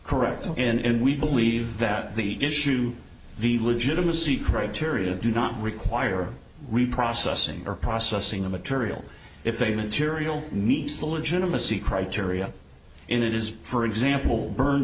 correct and we believe that the issue the legitimacy criteria do not require reprocessing or processing of material if a material meets the legitimacy criteria in it is for example burned